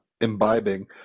imbibing